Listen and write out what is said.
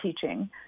teaching